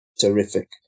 Terrific